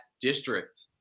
district